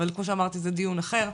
אבל כמו שאמרתי, זה דיון אחר,